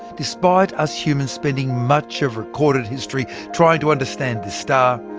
despite us humans spending much of recorded history trying to understand this star,